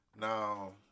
Now